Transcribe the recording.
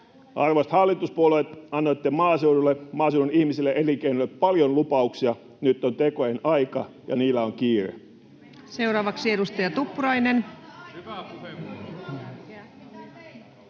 Arvoisat hallituspuolueet, annoitte maaseudulle, maaseudun ihmisille ja elinkeinoille, paljon lupauksia. Nyt on tekojen aika, ja niillä on kiire.